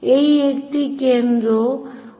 এই একটি কেন্দ্র অন্যটি 70 mm